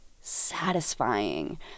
satisfying